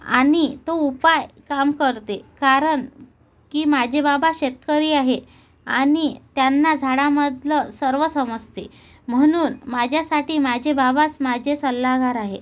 आणि तो उपाय काम करते कारणकी माझे बाबा शेतकरी आहे आणि त्यांना झाडांमधलं सर्व समजते म्हणून माझ्यासाठी माझे बाबाच माझे सल्लागार आहेत